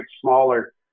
smaller